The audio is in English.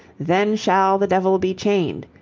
then shall the devil be chained,